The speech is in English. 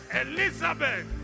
Elizabeth